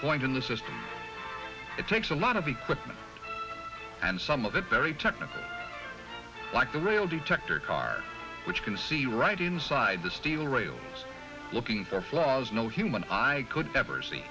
point in the system it takes a lot of equipment and some of it very technical like a real detector car which can see right inside the steel rails looking for flaws no human eye could ever see